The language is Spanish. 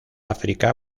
áfrica